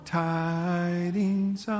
tidings